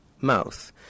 mouth